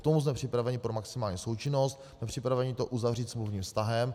Jsme připraveni pro maximální součinnost, jsme připraveni to uzavřít smluvním vztahem.